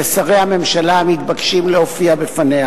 ועדת השרים מביעה עמדה.